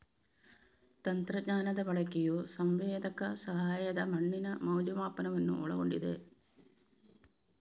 ತಂತ್ರಜ್ಞಾನದ ಬಳಕೆಯು ಸಂವೇದಕ ಸಹಾಯದ ಮಣ್ಣಿನ ಮೌಲ್ಯಮಾಪನವನ್ನು ಒಳಗೊಂಡಿದೆ